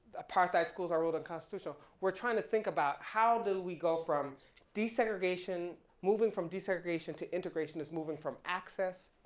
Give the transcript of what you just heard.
apartheid schools are ruled unconstitutional, we're trying to think about how do we go from desegregation, moving from desegregation to integration is moving from access